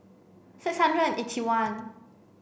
six hundred and eighty one